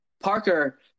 Parker